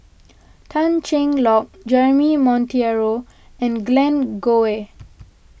Tan Cheng Lock Jeremy Monteiro and Glen Goei